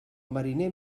mariner